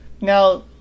Now